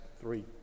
three